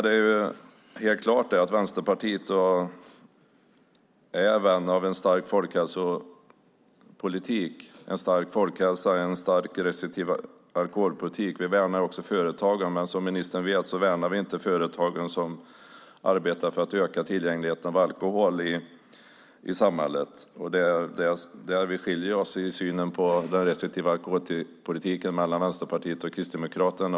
Det är helt klart att Vänsterpartiet är vän av en stark folkhälsopolitik, en stark folkhälsa och en stark restriktiv alkoholpolitik. Vi värnar också företagen. Men som ministern vet värnar vi inte de företag som arbetar för att öka tillgängligheten av alkohol i samhället. Det är där som vi skiljer oss i synen på den restriktiva alkoholpolitiken mellan Vänsterpartiet och Kristdemokraterna.